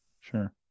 sure